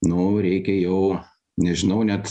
nu reikia jau nežinau net